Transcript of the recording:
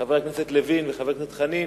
חבר הכנסת לוין וחבר הכנסת חנין,